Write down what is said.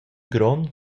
grond